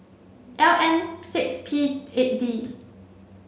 L N six P eight D